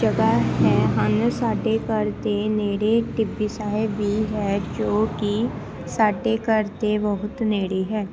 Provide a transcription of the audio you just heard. ਜਗ੍ਹਾ ਹੈ ਹਨ ਸਾਡੇ ਘਰ ਦੇ ਨੇੜੇ ਟਿੱਬੀ ਸਾਹਿਬ ਵੀ ਹੈ ਜੋ ਕਿ ਸਾਡੇ ਘਰ ਦੇ ਬਹੁਤ ਨੇੜੇ ਹੈ